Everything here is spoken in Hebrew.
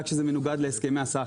אלא שזה מנוגד להסכמי הסחר.